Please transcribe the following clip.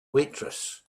waitress